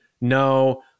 no